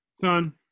Son